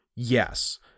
Yes